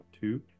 two